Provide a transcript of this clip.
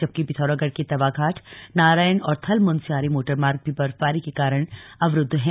जबकि पिथौरागढ़ के तवाघाट नाराणण और थल मुनस्यारी मोटर मार्ग भी बर्फबरी के कारण अवरुद्ध हैं